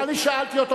שאל אותו,